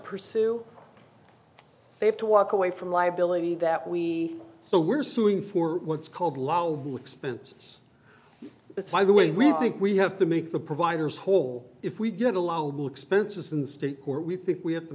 pursue they have to walk away from liability that we so we're suing for what's called law with expenses it's either way we think we have to make the providers whole if we get allowable expenses in state court we think we have to